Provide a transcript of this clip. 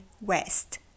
West